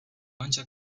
ancak